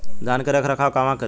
धान के रख रखाव कहवा करी?